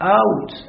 out